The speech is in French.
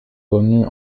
connue